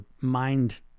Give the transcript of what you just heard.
mind